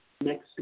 next